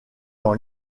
dans